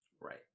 Right